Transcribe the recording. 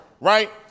right